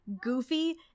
goofy